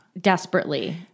desperately